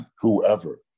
whoever